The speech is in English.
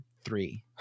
three